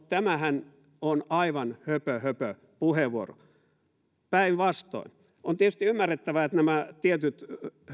tämähän on aivan höpö höpö puheenvuoro on päinvastoin on tietysti ymmärrettävää että nämä tietyt